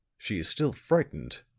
she is still frightened,